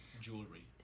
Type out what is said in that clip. jewelry